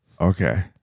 Okay